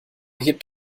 hebt